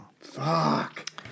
Fuck